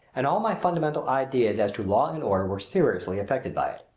and all my fundamental ideas as to law and order were seriously affected by it.